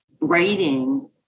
writing